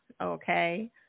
okay